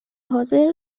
حاضر